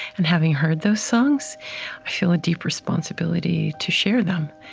and having heard those songs, i feel a deep responsibility to share them,